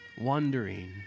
wondering